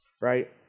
right